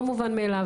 לא מובן מאליו,